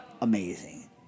Amazing